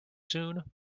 soon